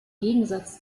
gegensatz